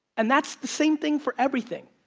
and that's the same thing for everything.